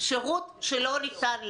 שירות שלא ניתן להם.